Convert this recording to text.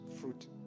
fruit